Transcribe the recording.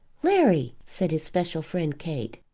larry, said his special friend kate,